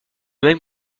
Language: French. même